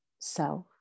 self